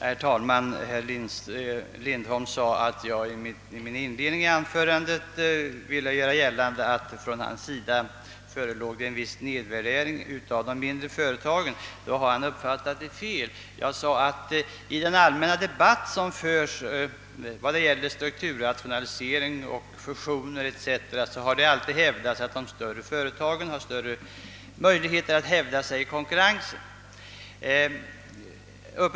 Herr talman! Herr Lindholm framhöll att jag i inledningen till mitt förra anförande ville göra gällande att man från utskottets sida något nedvärderar de mindre företagen. Detta är dock en missuppfattning. Vad jag sade var att det i den allmänna debatten om strukturrationaliseringar, fusioner o. s. v. alltid brukar framhållas att de större företagen har bättre möjligheter att hävda sig i konkurrensen.